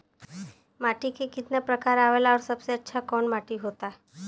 माटी के कितना प्रकार आवेला और सबसे अच्छा कवन माटी होता?